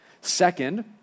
Second